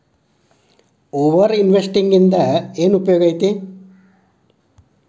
over investing ಇಂದ ಏನ್ ಉಪಯೋಗ ಐತಿ